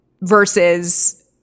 versus